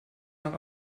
nach